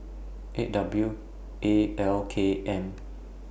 eight W A L K M